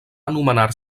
anomenar